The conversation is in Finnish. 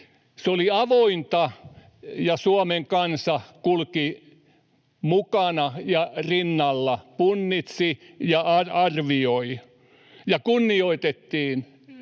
oli avointa, ja Suomen kansa kulki mukana ja rinnalla, punnitsi ja arvioi, ja kunnioitettiin